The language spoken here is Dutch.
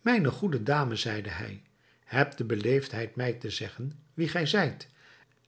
mijne goede dame zeide hij heb de beleefdheid mij te zeggen wie gij zijt